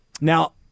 now